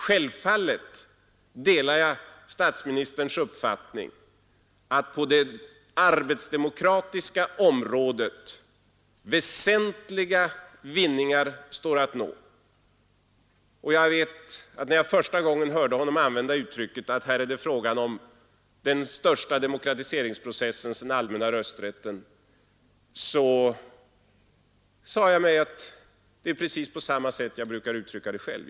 Självfallet delar jag statsministerns uppfattning att på det arbetsdemokratiska området väsentliga vinningar står att nå. När jag första gången hörde statsministern använda uttrycket att här är det fråga om den största demokratiseringsprocessen sedan den allmänna rösträtten, sade jag mig att det är precis på samma sätt som jag brukar uttrycka det själv.